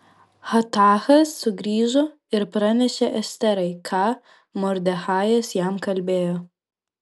hatachas sugrįžo ir pranešė esterai ką mordechajas jam kalbėjo